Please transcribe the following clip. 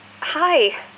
Hi